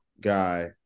guy